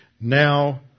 Now